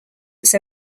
its